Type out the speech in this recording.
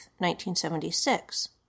1976